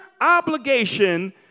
obligation